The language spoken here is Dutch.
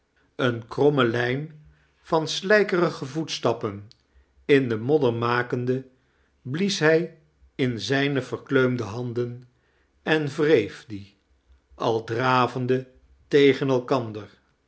eene kerstveetellingen kromme lijn van slijkerige voetstappen in den modder makende blies hij in zijne verkleumde handen en wreef die al dravende tegen elkander